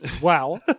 Wow